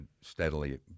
steadily